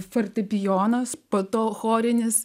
fortepijonas po to chorinis